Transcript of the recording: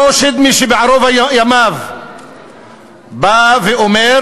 אותו שדמי שבערוב ימיו בא ואומר